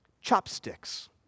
chopsticks